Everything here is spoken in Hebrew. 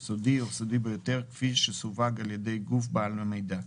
"סודי" או "סודי ביותר" כפי שסווג על ידי גוף בעל המידע,